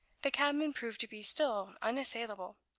the cabman proved to be still unassailable.